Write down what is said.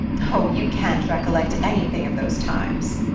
oh, you can't recollect anything of those times.